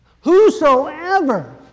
Whosoever